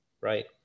right